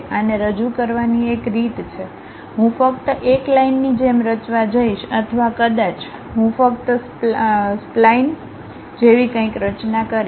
આને રજૂ કરવાની એક રીત છે હું ફક્ત એક લાઇનની જેમ રચવા જઇશ અથવા કદાચ હું ફક્ત સ્પલાઈન જેવી કંઈક રચના કરીશ